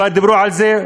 כבר דיברו על זה,